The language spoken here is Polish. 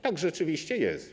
Tak rzeczywiście jest.